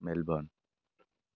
Melbourne